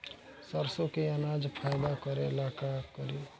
सरसो के अनाज फायदा करेला का करी?